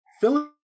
fill